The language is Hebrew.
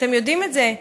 אתם יודעים את זה.